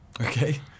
Okay